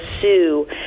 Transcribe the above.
sue